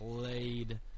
played